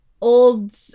old